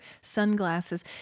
sunglasses